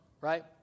right